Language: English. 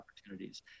opportunities